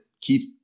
Keith